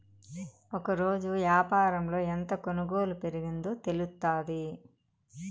ఒకరోజు యాపారంలో ఎంత కొనుగోలు పెరిగిందో తెలుత్తాది